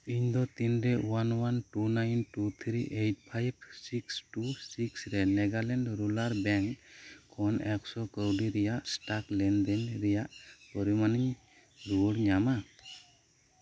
ᱤᱧ ᱫᱚ ᱛᱤᱱ ᱨᱮ one one two nine two three eight five six two six ᱨᱮ ᱱᱮᱜᱟᱞᱮᱸᱰ ᱨᱩᱞᱟᱨ ᱵᱮᱸᱠ ᱠᱷᱚᱱ ᱮᱠ ᱥᱚ ᱠᱟᱣᱰᱤ ᱨᱮᱭᱟᱜ ᱥᱴᱟᱠ ᱞᱮᱱᱫᱮᱱ ᱨᱮᱭᱟᱜ ᱯᱚᱨᱤᱢᱟᱱᱤᱧ ᱨᱩᱣᱟᱹᱲ ᱧᱟᱢᱟ